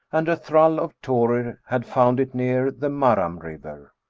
and a thrall of thorir had found it near the marram river.